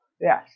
Yes